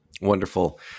Wonderful